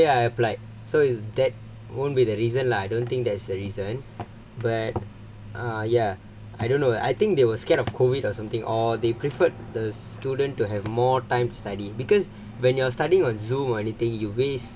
then only I applied so that won't be the reason lah I don't think that is the reason but ah ya I don't know I think they were scared of COVID or something or they preferred the student to have more time to study because when you're studying on Zoom or anything you waste